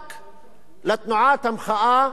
לתנועת המחאה של רוטשילד.